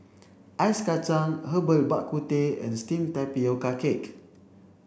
ice Kachang herbal Bak Ku Teh and steamed tapioca cake